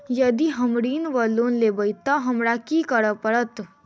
यदि हम ऋण वा लोन लेबै तऽ हमरा की करऽ पड़त?